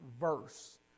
verse